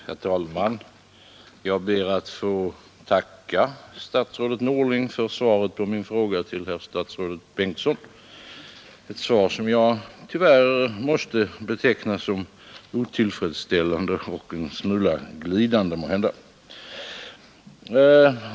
bs möjlig Herr talman! Jag ber att få tacka statsrådet Norling för svaret på min RN ti Sr fråga till herr statsrådet Bengtsson, ett svar som jag tyvärr måste beteckna e mot störande trafikbuller som otillfredsställande och en smula glidande.